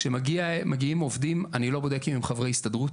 כאשר מגיעים עובדים אני לא בודק אם הם חברי הסתדרות,